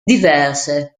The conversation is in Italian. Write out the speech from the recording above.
diverse